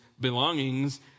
belongings